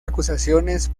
acusaciones